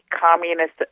communist